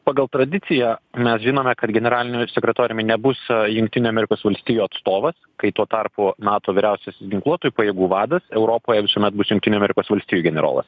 pagal tradiciją mes žinome kad generaliniu sekretoriumi nebus jungtinių amerikos valstijų atstovas kai tuo tarpu nato vyriausiasis ginkluotųjų pajėgų vadas europoje visuomet bus jungtinių amerikos valstijų generolas